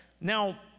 Now